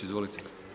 Izvolite.